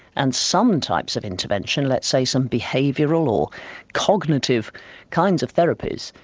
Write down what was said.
and some types of intervention, let's say some behavioural or cognitive kinds of therapies,